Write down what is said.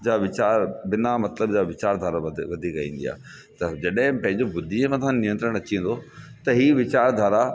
जा वीचार बिना मतिलब जा वीचार धारा वधीक ईंदी आहे त जॾहिं बि पंहिंजी बुद्धीअ मथां नियंत्रण अची वेंदो त हीअ वीचार धारा